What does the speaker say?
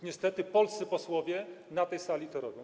Niestety, polscy posłowie na tej sali to robią.